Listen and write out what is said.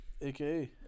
aka